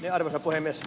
arvoisa puhemies